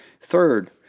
Third